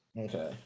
Okay